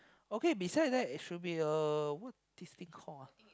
okay beside that is should be a what this thing called ah